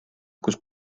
kus